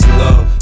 love